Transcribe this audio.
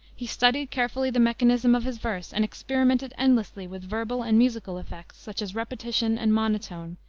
he studied carefully the mechanism of his verse and experimented endlessly with verbal and musical effects, such as repetition, and monotone,